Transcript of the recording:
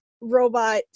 robot